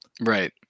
right